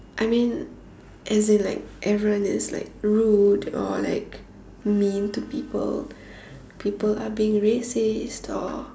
I mean as in like everyone is like rude or like mean to people people are being racist or